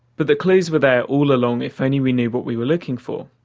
but the clues were there all along if only we knew what we were looking for.